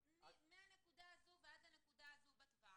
מהנקודה הזו ועד לנקודה הזו בטווח.